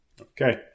Okay